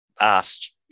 asked